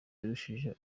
yarushije